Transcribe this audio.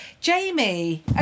Jamie